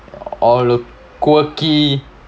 all look quirky